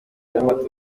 y’amatora